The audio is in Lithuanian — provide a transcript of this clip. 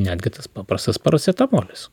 netgi tas paprastas paracetamolis